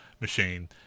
machine